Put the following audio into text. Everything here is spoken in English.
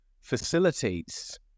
facilitates